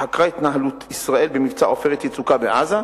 שחקרה את התנהלות ישראל במבצע "עופרת יצוקה" בעזה,